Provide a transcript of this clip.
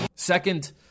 Second